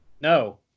No